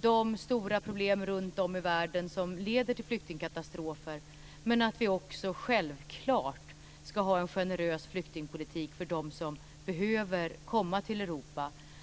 de stora problem runtom i världen som leder till flyktingkatastrofer och till att vi har en generös flyktingpolitik för dem som behöver komma till Europa.